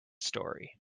story